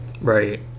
right